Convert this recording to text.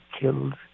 killed